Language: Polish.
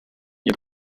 nie